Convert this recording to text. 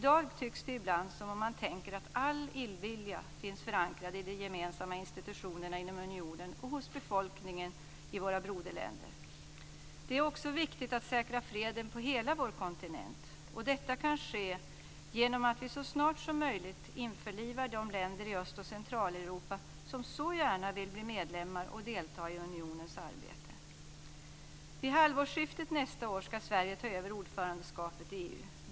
I dag tycks det ibland som om man tänker att all illvilja finns förankrad i de gemensamma institutionerna inom unionen och hos befolkningen i våra broderländer. Det är också viktigt att säkra freden på hela vår kontinent, och detta kan ske genom att vi så snart som möjligt införlivar de länder i Östoch Centraleuropa som så gärna vill bli medlemmar och delta i unionens arbete. Vid halvårsskiftet nästa år ska Sverige ta över ordförandeskapet i EU.